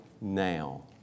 now